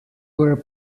were